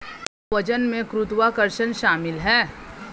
क्या वजन में गुरुत्वाकर्षण शामिल है?